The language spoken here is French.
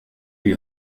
lui